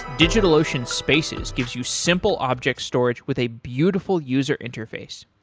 digitalocean spaces gives you simple object storage with a beautiful user interface.